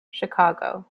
chicago